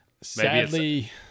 Sadly